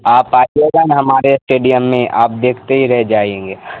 آپ آئیے گا ہمارے اسٹیڈیم میں آپ دیکھتے ہی رہ جائیں گے